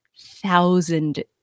thousand